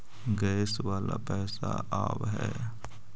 Gas वाला पैसा आव है?